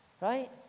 right